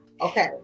okay